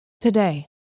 today